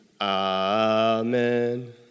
Amen